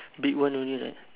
big one only right